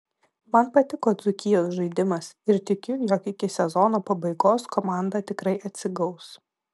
man patiko dzūkijos žaidimas ir tikiu jog iki sezono pabaigos komanda tikrai atsigaus